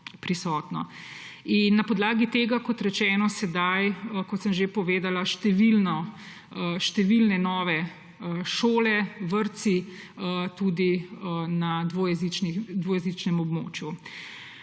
na podlagi tega sedaj, kot sem že povedala, številne nove šole, vrtci, tudi na dvojezičnem območju.